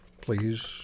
please